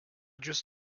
just